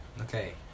Okay